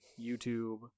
YouTube